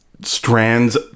strands